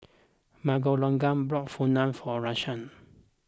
Miguelangel bought Pho for Rashaan